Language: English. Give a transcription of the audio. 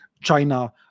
China